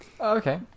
Okay